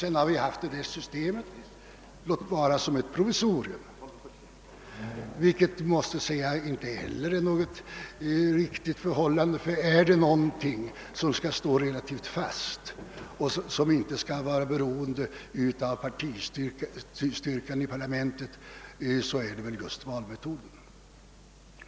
Sedan har vi haft detta system, låt vara som ett provisorium, vilket inte heller är något riktigt förhållande. Är det någonting som skall stå relativt fast och inte vara beroende av partistyrkan i parlamentet, är det väl just valmetoden.